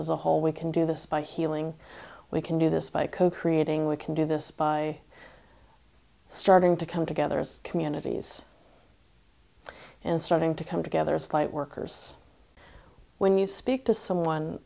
as a whole we can do this by healing we can do this by co creating we can do this by starting to come together as communities and starting to come together as light workers when you speak to someone